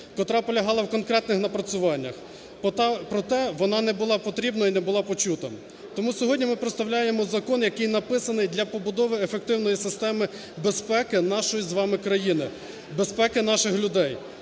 котра полягала в конкретних напрацюваннях. Проте вона не була потрібна і не була почута. Тому сьогодні ми представляємо закон, який написаний для побудови ефективної системи безпеки нашої з вами країни – безпеки наших людей.